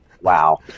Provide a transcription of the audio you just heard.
Wow